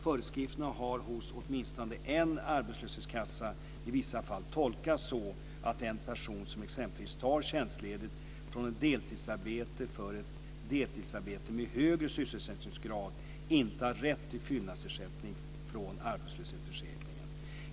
Förskrifterna har hos åtminstone en arbetslöshetskassa i vissa fall tolkats så att en person som exempelvis tar tjänstledigt från ett deltidsarbete för ett deltidsarbete med högre sysselsättningsgrad inte har rätt till fyllnadsersättning från arbetslöshetsförsäkringen.